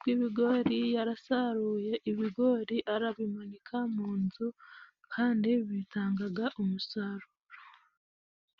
bw'ibigori，yarasaruye ibigori arabimanika mu nzu kandi bitangaga umusaruro.